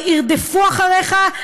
ירדפו אחריך,